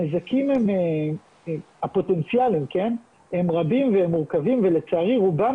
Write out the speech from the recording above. הנזקים הפוטנציאליים הם רבים והם מורכבים ולצערי רובם